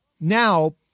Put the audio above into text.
now